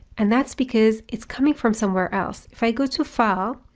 and that's because it's coming from somewhere else. if i go to file,